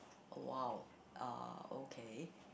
!wow! ah okay